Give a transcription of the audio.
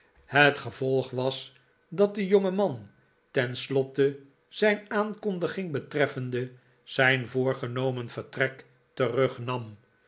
het gevolg was dat de jongeman tenslotte zijn aankondiging betreffende zijn voorgenomen maarten chuzzlewit vertrek terugnam